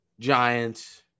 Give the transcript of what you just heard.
Giants